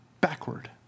backward